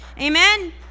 Amen